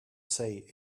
say